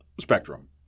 spectrum